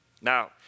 Now